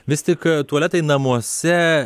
vis tik tualetai namuose